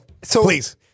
please